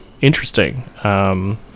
interesting